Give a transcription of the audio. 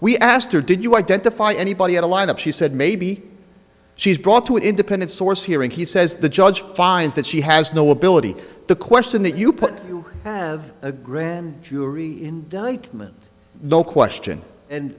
we asked her did you identify anybody had a line up she said maybe she's brought to an independent source here and he says the judge finds that she has no ability to question that you put you have a grand jury indictment no question and